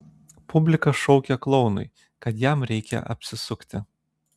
publika šaukė klounui kad jam reikia apsisukti